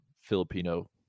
Filipino